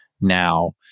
now